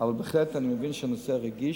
אבל בהחלט אני מבין שהנושא רגיש,